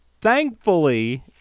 thankfully